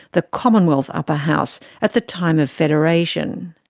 the commonwealth upper house, at the time of federation.